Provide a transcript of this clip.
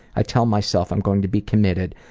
i tell myself i'm going to be committed,